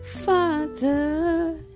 Father